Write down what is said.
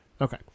Okay